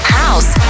house